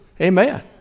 Amen